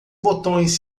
botões